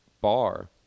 bar